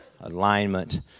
Alignment